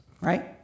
right